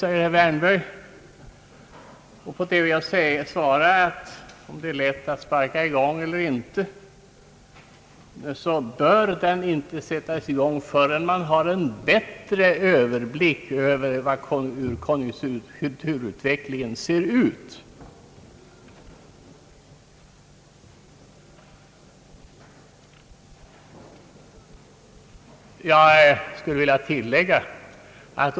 På detta vill jag svara, att vare sig det är lätt att sparka i gång den eller inte, bör den inte tillämpas förrän man har en bättre överblick över konjunkturutvecklingen.